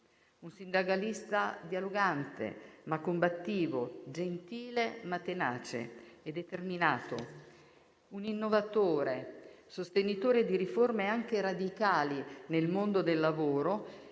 Un sindacalista dialogante ma combattivo, gentile ma tenace e determinato. Un innovatore, sostenitore di riforme anche radicali nel mondo del lavoro